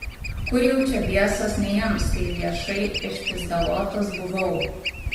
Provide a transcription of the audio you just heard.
kur jau čia biesas neims kai viešai išpyzdavotas buvau